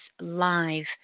live